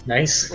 Nice